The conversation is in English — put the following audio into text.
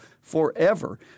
forever